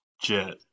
Jet